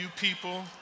people